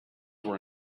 were